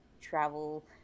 travel